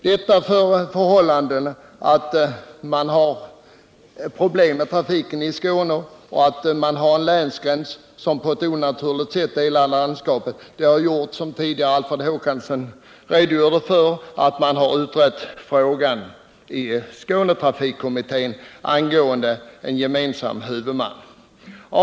Det förhållandet att man i Skåne har problem med trafiken och att man har en länsgräns som på ett onaturligt sätt delar landskapet har, som Alfred Håkansson redogjorde för, medfört att frågan om en gemensam huvudman har utretts i Skånetrafikkommittén.